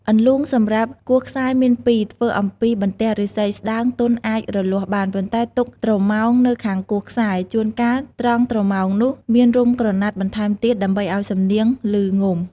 អន្លូងសំរាប់គោះខ្សែមាន២ ធ្វើអំពីបន្ទះឫស្សីស្ដើងទន់អាចរលាស់បាន ប៉ុន្ដែទុកត្រមោងនៅខាងគោះខ្សែ ជួនកាលត្រង់ត្រមោងនោះមានរុំក្រណាត់បន្ថែមទៀតដើម្បីឲ្យសំឡេងឮងំ។